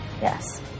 Yes